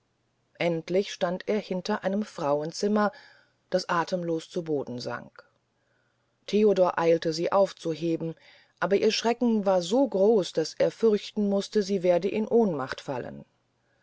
endlich stand er hinter einem frauenzimmer das athemlos zu boden sank theodor eilte sie aufzuheben aber ihr schrecken war so groß daß er fürchten mußte sie werde in ohnmacht fallen